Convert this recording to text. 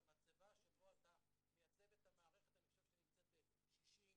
המצבה שבה אתה מייצב את המערכת נמצאת ב-60%,